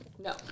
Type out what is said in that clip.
No